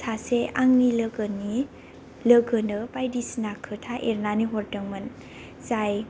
सासे आंनि लोगोनि लोगोनो बायदिसिना खोथा एरनानै हरदोंमोन जाय